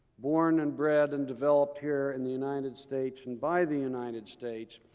born, and bred, and developed here in the united states and by the united states.